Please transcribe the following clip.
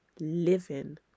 living